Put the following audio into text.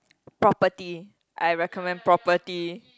property I recommend property